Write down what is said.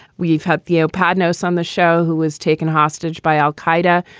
we've had few. padnos on the show, who was taken hostage by al-qaeda